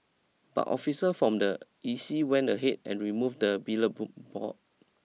but officer from the E C went ahead and removed the board